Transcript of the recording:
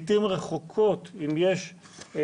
לעתים רחוקות אם יש